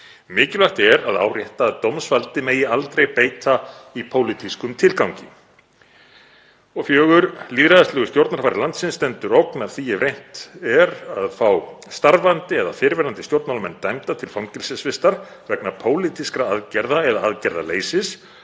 Mikilvægt er að árétta að dómsvaldi megi aldrei beita í pólitískum tilgangi. 4. Lýðræðislegu stjórnarfari landsins stendur ógn af því ef reynt er að fá starfandi eða fyrrverandi stjórnmálamenn dæmda til fangelsisvistar vegna pólitískra aðgerða eða aðgerðaleysis